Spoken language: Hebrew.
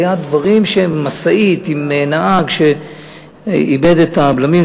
משאית עם נהג שאיבד את הבלמים,